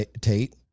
Tate